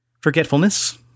Forgetfulness